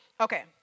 Okay